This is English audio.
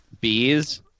Bees